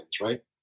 right